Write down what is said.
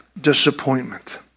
disappointment